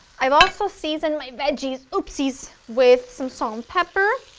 i've also seasoned my veggies um veggies with some salt pepper,